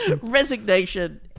Resignation